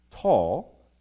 tall